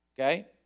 Okay